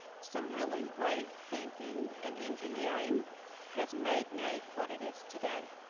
some really great thinking and engineering has made naep what it is today.